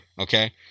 Okay